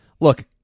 Look